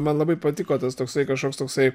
man labai patiko tas toksai kažkoks toksai